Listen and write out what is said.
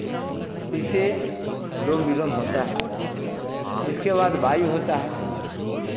इसे अनुलोम विलोम होता है इसके बाद वायु होता है